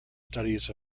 studies